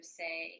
say